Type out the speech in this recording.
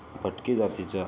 बटकी जातीच्या